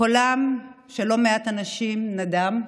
קולם של לא מעט אנשים נדם,